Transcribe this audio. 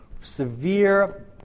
severe